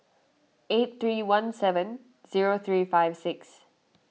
eight three one seven zero three five six